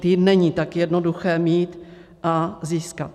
Ty není tak jednoduché mít a získat.